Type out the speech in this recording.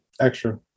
Extra